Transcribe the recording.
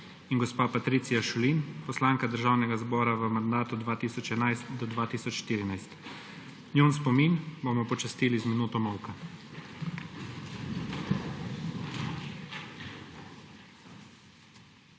in gospa Patricija Šulin, poslanka Državnega zbora v mandatu 2011−2014. Njun spomin bomo počastili z minuto molka.